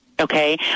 Okay